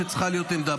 וצריכה להיות עמדה.